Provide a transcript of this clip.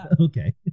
Okay